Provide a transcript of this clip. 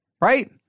right